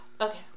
Okay